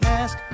ask